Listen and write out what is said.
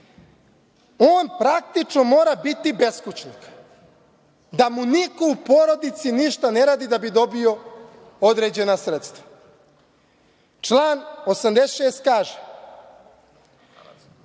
on praktično mora biti beskućnik, da mu niko u porodici ništa ne radi da bi dobio određena sredstva. Član 86. kaže,